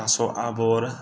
थास' आबर